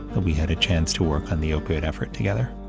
that we had a chance to work on the opioid effort together.